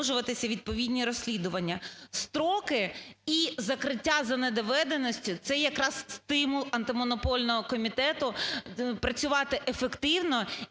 відповідні розслідування. Строки і закриття за недоведеністю – це якраз стимул Антимонопольного комітету працювати ефективно